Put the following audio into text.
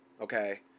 okay